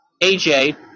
A-J